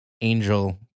Angel